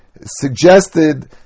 suggested